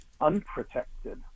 unprotected